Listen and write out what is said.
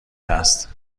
هست